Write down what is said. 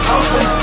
open